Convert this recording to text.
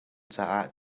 caah